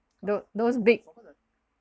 tho~ those big